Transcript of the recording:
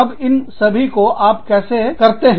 अब इन सभी को आप कैसे करना है